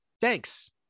thanks